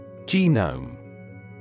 Genome